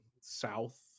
south